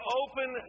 open